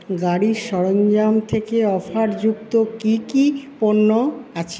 গাড়ির সরঞ্জাম থেকে অফার যুক্ত কী কী পণ্য আছে